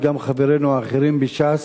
וגם חברינו האחרים בש"ס: